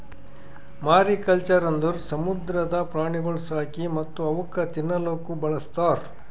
mariculture ಅಂದುರ್ ಸಮುದ್ರದ ಪ್ರಾಣಿಗೊಳ್ ಸಾಕಿ ಮತ್ತ್ ಅವುಕ್ ತಿನ್ನಲೂಕ್ ಬಳಸ್ತಾರ್